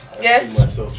Yes